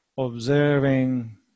observing